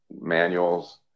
manuals